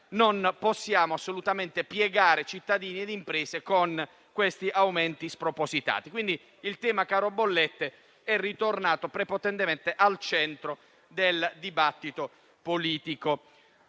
non possiamo assolutamente piegare i cittadini e le imprese con questi aumenti spropositati. Il tema del caro bollette è dunque ritornato prepotentemente al centro del dibattito politico,